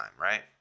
right